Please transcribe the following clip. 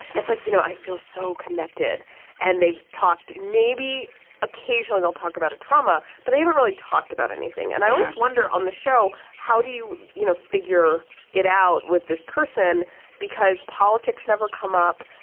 it's like you know i feel so connected and they've talked maybe occasionally they'll talk about a trauma but they hadn't really talked about anything and i always wonder on the show how do you you know figure it out with this person because politics never come up.